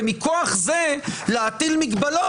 ומכוח זה להטיל מגבלות.